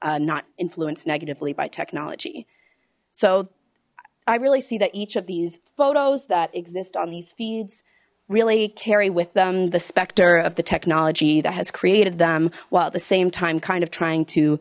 not influenced negatively by technology so i really see that each of these photos that exists on these feeds really carry with them the specter of the technology that has created them while at the same time kind of trying to